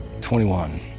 21